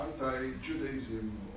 anti-Judaism